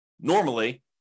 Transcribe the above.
normally